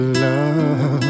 love